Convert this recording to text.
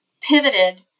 pivoted